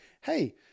hey